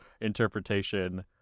interpretation